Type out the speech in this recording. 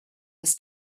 was